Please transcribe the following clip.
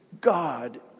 God